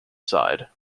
side